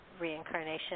reincarnation